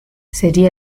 sería